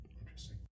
Interesting